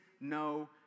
no